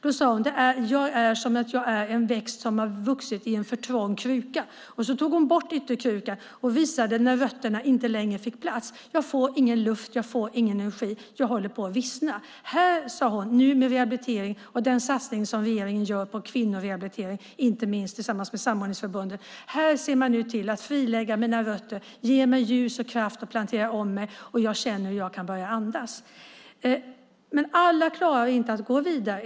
Hon sade: Jag är som en växt som vuxit i en för trång kruka. Sedan tog hon bort ytterkrukan och visade att rötterna inte längre fick plats. Jag får ingen luft, jag får ingen energi, jag håller på att vissna, sade hon. Och hon fortsatte: Med rehabilitering och den satsning som regering gör på kvinnor och rehabilitering - inte minst tillsammans med Samordningsförbundet - ser man nu till att frilägga mina rötter, ger mig ljus och kraft och planterar om mig. Jag känner att jag kan börja andas igen. Alla klarar inte av att gå vidare.